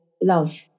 love